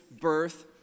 birth